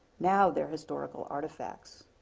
now they're historical artifacts.